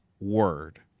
word